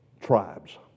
tribes